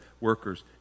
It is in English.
workers